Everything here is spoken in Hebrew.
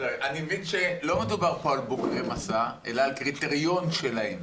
אני מבין שלא מדובר פה על בוגרי מסע אלא על קריטריון שלהם.